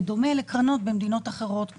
בדומה לקרנות במדינות אחרות,